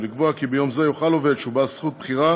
ולקבוע כי ביום זה יוכל עובד שהוא בעל זכות בחירה